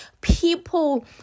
people